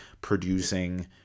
producing